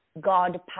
God